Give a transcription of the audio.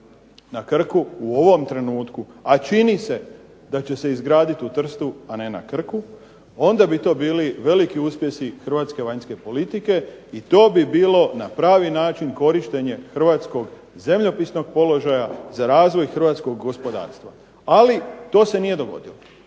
na Krku u ovom trenutku, a čini se da će se izgraditi u Trstu a ne na Krku, onda bi to bili veliki uspjesi hrvatske vanjske politike i to bi bilo na pravi način korištenje hrvatskog zemljopisnog položaja za razvoj hrvatskog gospodarstva. Ali to se nije dogodilo.